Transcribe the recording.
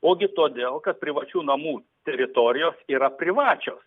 ogi todėl kad privačių namų teritorijos yra privačios